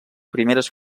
primeres